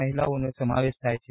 મહિલાઓનો સમાવેશ થાય છે